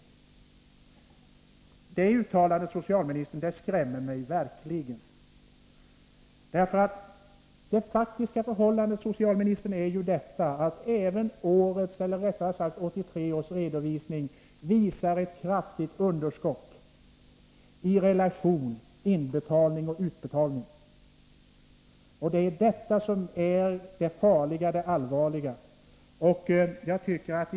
Det uttalandet, socialministern, skrämmer mig verkligen. Det faktiska förhållandet, socialministern, är att även 1983 års redovisning visar ett kraftigt underskott i relationen mellan inbetalningar och utbetalningar. Det är farligt och allvarligt.